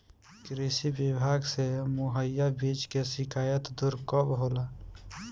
कृषि विभाग से मुहैया बीज के शिकायत दुर कब होला?